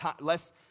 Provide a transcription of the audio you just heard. less